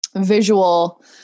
visual